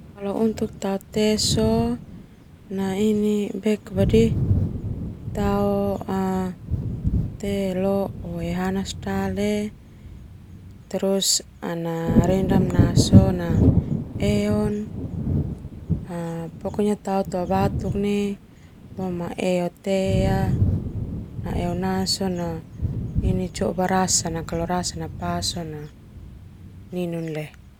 Kalau untuk tao te sona tao teh lo oehanas dale terus ana rendam na sona tao tuabatuk fo eon basa sona coba rasa na do minun leo.